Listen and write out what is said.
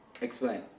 Explain